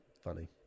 funny